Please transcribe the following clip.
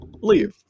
leave